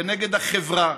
ונגד החברה,